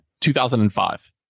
2005